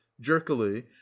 jerkily